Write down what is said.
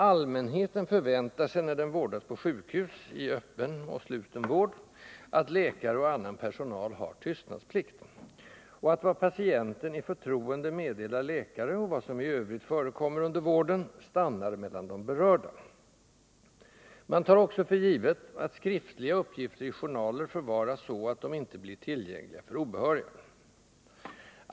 ”Allmänheten” förväntar sig när den vårdas på sjukhus, i öppen och sluten vård, att läkare och annan personal har ”tystnadsplikt” och att vad patienten i förtroende meddelar läkare och vad som i övrigt förekommer under vården stannar mellan de berörda. Man tar också för givet att skriftliga uppgifter i journaler förvaras så att de ej blir tillgängliga för obehöriga.